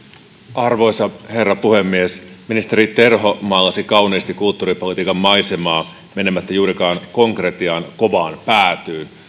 arvoisa herra puhemies ministeri terho maalasi kauniisti kulttuuripolitiikan maisemaa menemättä juurikaan konkretian kovaan päätyyn